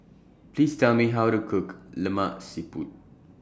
Please Tell Me How to Cook Lemak Siput